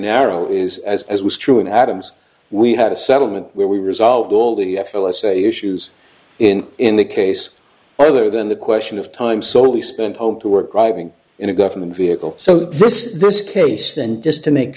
narrow is as as was true in adams we had a settlement where we resolved all the f l s a issues in in the case rather than the question of time so we spent home to work arriving in a government vehicle so this case then just to make